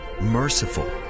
merciful